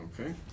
Okay